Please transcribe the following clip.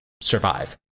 survive